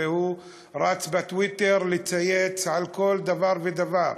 הרי הוא רץ בטוויטר לצייץ על כל דבר ודבר.